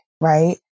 Right